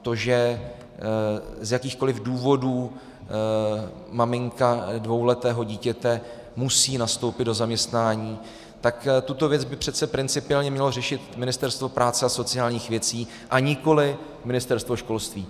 To, že z jakýchkoliv důvodů maminka dvouletého dítěte musí nastoupit do zaměstnání, tuto věc by přece principiálně mělo řešit Ministerstvo práce a sociálních věcí a nikoliv Ministerstvo školství.